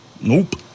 Nope